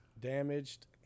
damaged